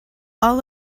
all